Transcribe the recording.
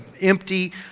empty